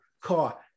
car